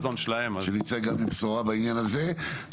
שנצא גם עם בשורה בעניין הזה,